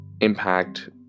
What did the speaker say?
impact